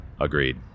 Agreed